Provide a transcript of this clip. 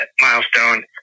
milestone